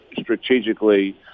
strategically